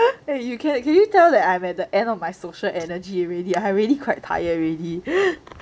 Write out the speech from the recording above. and you can can you tell that I'm at the end of my social energy already I really quite tired already